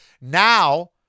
Now